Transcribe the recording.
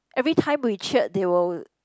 everytime we cheered they will